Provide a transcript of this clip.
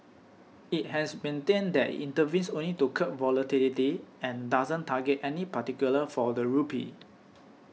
it has maintained that it intervenes only to curb volatility and doesn't target any particular for the rupee